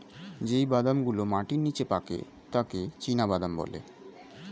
যেই বাদাম গুলো মাটির নিচে পাকে তাকে চীনাবাদাম বলে